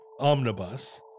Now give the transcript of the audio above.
Omnibus